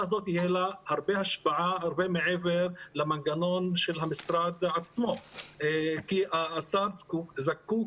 הזאת תהיה השפעה הרבה מעבר למנגנון של המשרד עצמו כי השר זקוק